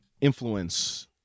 influence